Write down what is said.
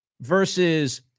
versus